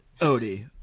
Odie